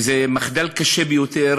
וזה מחדל קשה ביותר,